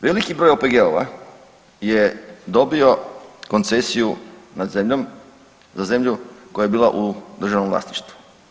Veliki broj OPG-ova je dobio koncesiju nad zemljom, na zemlju koja je bila u državnom vlasništvu.